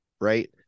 right